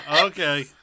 Okay